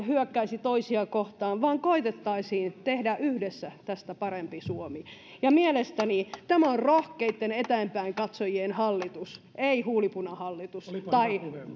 hyökkäisi toisia kohtaan vaan koetettaisiin tehdä yhdessä tästä parempi suomi mielestäni tämä on rohkeitten eteenpäinkatsojien hallitus ei huulipunahallitus tai